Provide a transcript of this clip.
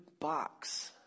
box